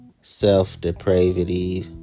self-depravity